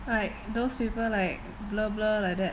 like those people like blur blur like that